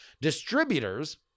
Distributors